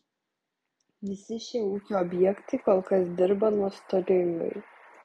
visi šie ūkio objektai kol kas dirba nuostolingai